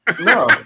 No